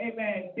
Amen